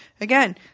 again